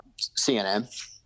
CNN